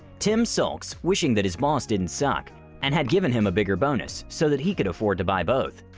tim sulks wishing that his boss didn't suck and had given him a bigger bonus so that he could afford to buy both.